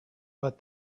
but